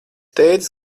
tētis